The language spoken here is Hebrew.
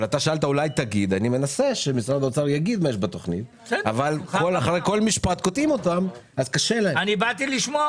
מזל שיש קרן שמחלקת תמיכות לארגונים שעושים הרבה טוב